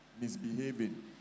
misbehaving